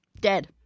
Dead